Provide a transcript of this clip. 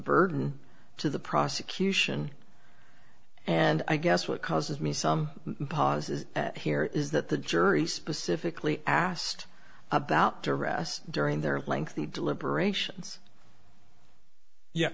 burden to the prosecution and i guess what causes me some pause is here is that the jury specifically asked about to rest during their lengthy deliberations ye